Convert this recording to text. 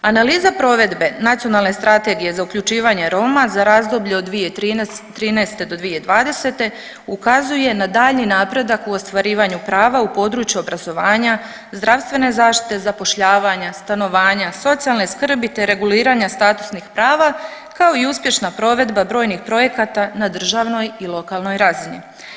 Analiza provedbe nacionalne strategije za uključivanje Roma za razdoblje od 2013. do 2020. ukazuje na daljnji napredak u ostvarivanju prava u području obrazovanja, zdravstvene zaštite, zapošljavanja, stanovanja, socijalne skrbi, te reguliranja statusnih prava kao i uspješna provedba brojnih projekata na državnoj i lokalnoj razini.